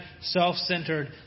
self-centered